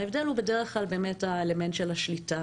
ההבדל הוא בדרך כלל האלמנט של השליטה,